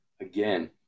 again